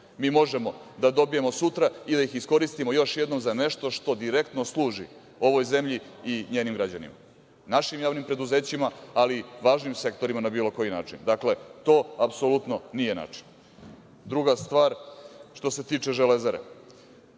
mi možemo da dobijemo sutra i da ih iskoristimo još jednom za nešto što direktno služi ovoj zemlji i njenim građanima, našim javnim preduzećima ali i važnim sektorima na bilo koji način, dakle to apsolutno nije način. Druga stvar, što se tiče Železare,